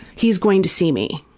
he is going to see me.